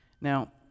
Now